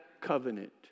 covenant